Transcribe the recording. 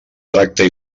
tracta